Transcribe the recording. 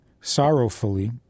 sorrowfully